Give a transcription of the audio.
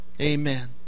Amen